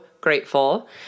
grateful